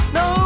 no